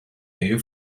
nähe